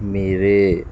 ਮੇਰੇ